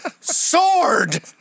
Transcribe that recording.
sword